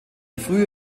frühe